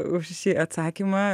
už šį atsakymą